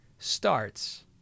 starts